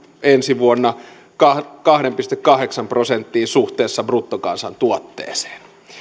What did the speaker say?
ensi vuonna kahteen pilkku kahdeksaan prosenttiin suhteessa bruttokansantuotteeseen